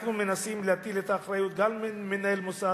אנחנו מנסים להפיל את האחריות גם על מנהל המוסד